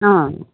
अँ